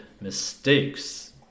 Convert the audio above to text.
mistakes